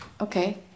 okay